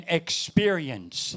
experience